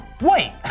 Wait